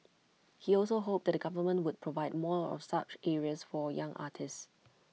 he also hoped that the government would provide more of such areas for young artists